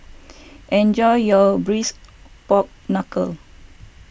enjoy your Braised Pork Knuckle